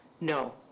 No